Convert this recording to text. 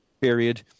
period